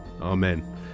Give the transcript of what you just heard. Amen